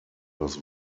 das